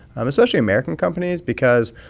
um especially american companies because,